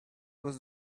was